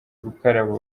gukaraba